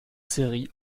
série